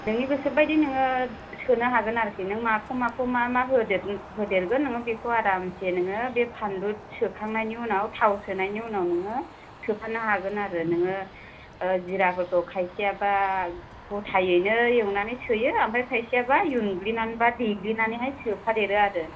नोंनि गोसोबायदि नोङो सोनो हागोन आरोखि नों माखौ माखौ मा मा होदेरनो होदेरगोन बेखौ आरामसे नोङो बे बानलु सोखांनायनि उनाव थाव सोनायनि उनाव नोङो सोफानो हागोन आरो नोङो जिराफोरखौ खायसेयाबा गथायैनो एवनानै सोयो आमफ्राय खायसेयाबा उनग्लिनानै बा देग्लिनानैहाय सोफादेरो आरो